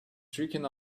tricking